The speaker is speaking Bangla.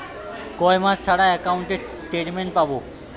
কয় মাস ছাড়া একাউন্টে স্টেটমেন্ট পাব?